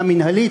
גם מינהלית,